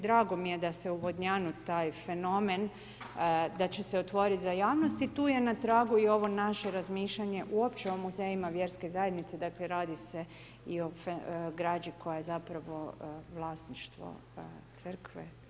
Drago mi je da se u Vodnjanu taj fenomen, da će se otvoriti za javnost i tu je na tragu i ovo naše razmišljanje uopće o muzejima vjerske zajednice, dakle radi se i o građi koja je zapravo vlasništvo crkve.